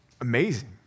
amazing